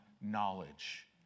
knowledge